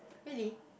really